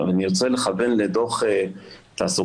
אני רוצה לכוון לדו"ח תעסוקה,